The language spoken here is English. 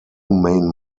main